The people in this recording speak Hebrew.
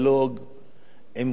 עם כל חתכי